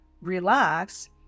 relax